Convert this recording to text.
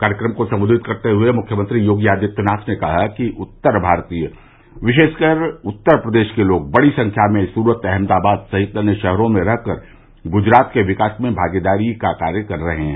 कार्यक्रम को संबोधित करते हुए मुख्यमंत्री योगी आदित्यनाथ ने कहा कि उत्तर भारतीय विशेषकर उत्तर प्रदेश के लोग बड़ी संख्या में सुरत अहमदाबाद सहित अन्य शहरों में रह कर गुजरात के विकास में भागीदारी कर रहे हैं